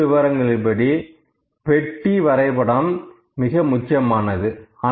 புள்ளிவிபரங்களின்படி பெட்டி வரைபடம் மிக முக்கியமானது